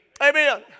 Amen